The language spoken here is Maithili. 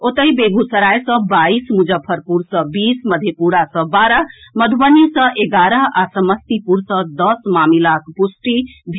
ओतहि बेगूसराय सॅ बाईस मुजफ्फरपुर सॅ बीस मधेपुरा सॅ बारह मधुबनी सॅ एगारह आ समस्तीपुर सॅ दस मामिलाक पुष्टि भेल